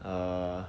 err